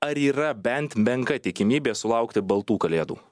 ar yra bent menka tikimybė sulaukti baltų kalėdų